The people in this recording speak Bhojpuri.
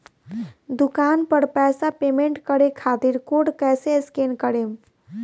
दूकान पर पैसा पेमेंट करे खातिर कोड कैसे स्कैन करेम?